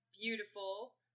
Beautiful